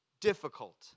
difficult